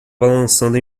balançando